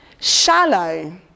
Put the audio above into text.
shallow